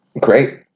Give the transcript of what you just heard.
Great